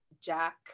jack